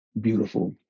beautiful